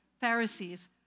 Pharisees